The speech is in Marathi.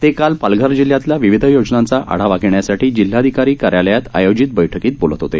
ते काल पालघर जिल्ह्यातल्या विविध योजनांचा आढावा घेण्यासाठी जिल्हाधिकारी कार्यालयात आयोजित बैठकीत बोलत होते